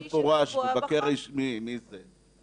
רשום במפורש מבקר רשמי מי זה,